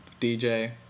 DJ